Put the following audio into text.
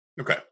Okay